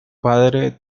padre